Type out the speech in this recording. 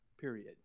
period